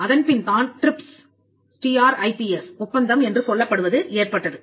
அதன்பின் தான் ட்ரிப்ஸ் ஒப்பந்தம் என்று சொல்லப்படுவது ஏற்பட்டது